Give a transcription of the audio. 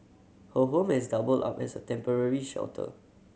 her home has doubled up as a temporary shelter